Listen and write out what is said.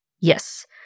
yes